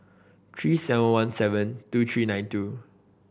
Three seven one seven two three nine two